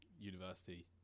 university